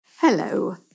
Hello